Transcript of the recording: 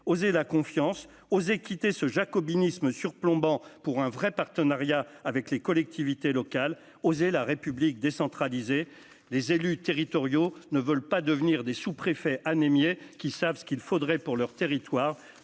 osez la confiance aux équité ce jacobinisme surplombant pour un vrai partenariat avec les collectivités locales, oser la République décentralisée, les élus territoriaux ne veulent pas devenir des sous-préfets anémiée, qui savent ce qu'il faudrait pour leur territoire